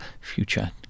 future